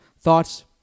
Thoughts